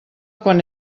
quan